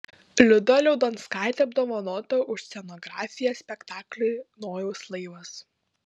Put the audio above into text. liuda liaudanskaitė apdovanota už scenografiją spektakliui nojaus laivas